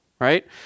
right